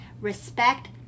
respect